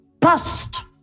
past